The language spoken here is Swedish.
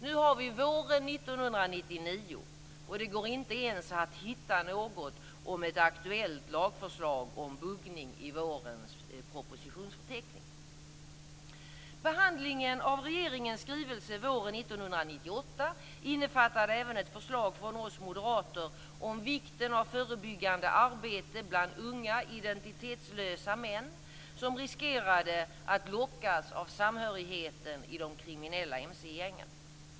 Nu har vi våren 1999, och det går inte ens att hitta något om ett aktuellt lagförslag om buggning i vårens propositionsförteckning. innefattade även ett förslag från oss moderater om vikten av förebyggande arbete bland unga identitetslösa män som riskerade att lockas av samhörigheten i de kriminella mc-gängen.